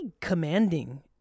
commanding